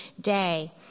day